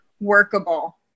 workable